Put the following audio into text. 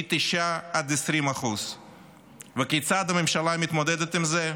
מ-9% עד 20%. וכיצד הממשלה מתמודדת עם זה?